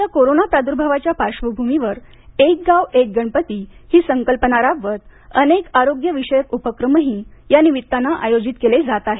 यंदाच्या कोरोना प्रादुर्भावाच्या पार्श्वभूमीवर एक गाव एक गणपती ही संकल्पना राबवत अनेक आरोग्य विषयक उपक्रमही यानिमित्तानं आयोजित केले जात आहेत